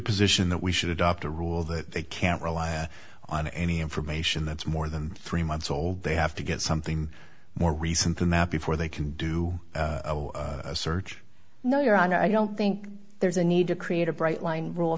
position that we should adopt a rule that they can't rely on any information that's more than three months old they have to get something more recent than that before they can do a search no your honor i don't think there's a need to create a bright line r